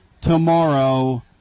tomorrow